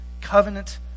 covenant